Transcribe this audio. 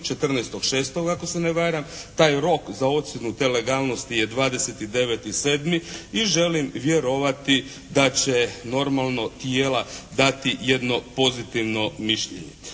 14.6. ako se ne varam. Taj rok za ocjenu te legalnosti je 29.7. i želim vjerovati da će normalno tijela dati jedno pozitivno mišljenje.